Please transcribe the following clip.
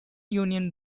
union